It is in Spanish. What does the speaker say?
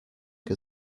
que